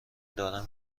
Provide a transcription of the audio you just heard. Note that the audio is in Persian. دارم